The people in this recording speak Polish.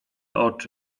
oczy